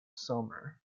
summer